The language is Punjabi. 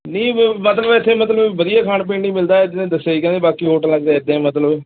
ਨਹੀਂ ਬ ਮਤਲਬ ਇੱਥੇ ਮਤਲਬ ਵਧੀਆ ਖਾਣ ਪੀਣ ਲਈ ਮਿਲਦਾ ਕਿਸੇ ਨੇ ਦੱਸਿਆ ਸੀ ਕਹਿੰਦੇ ਬਾਕੀ ਹੋਟਲਾਂ 'ਚ ਤਾਂ ਇੱਦਾਂ ਮਤਲਬ